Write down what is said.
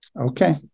okay